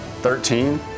Thirteen